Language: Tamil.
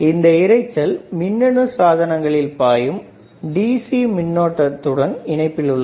இந்த இரைச்சல் மின்னணு சாதனங்களில் பாயும் DC மின்னோட்டத்தினுடன் இணைப்பில் உள்ளது